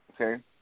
okay